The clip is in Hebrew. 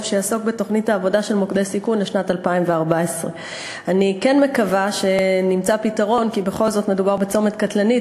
שיעסוק בתוכנית העבודה של מוקדי סיכון לשנת 2014. אני מקווה שנמצא פתרון כי בכל זאת מדובר בצומת קטלני,